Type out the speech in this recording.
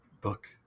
book